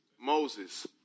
Moses